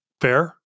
fair